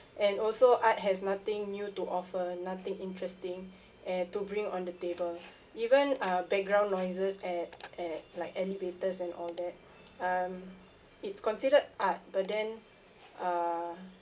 and also art has nothing new to offer nothing interesting and to bring on the table even uh background noises at at like elevators and all that um it's considered art but then uh